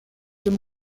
auf